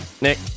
Nick